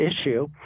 issue